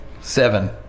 Seven